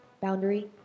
Boundary